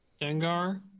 Dengar